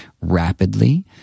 rapidly